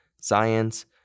science